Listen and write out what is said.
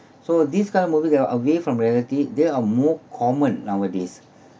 so this kind of movie that are away from reality they are more common nowadays